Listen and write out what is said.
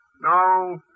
No